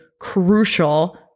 crucial